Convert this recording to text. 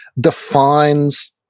defines